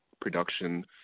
production